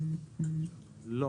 לא.